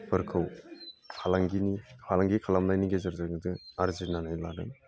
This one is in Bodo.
फालांगि खालामनायनि गेजेरजोंनो जों आर्जिनानै लादों